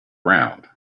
round